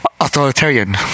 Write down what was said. Authoritarian